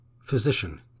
Physician